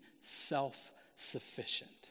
self-sufficient